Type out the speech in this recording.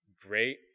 great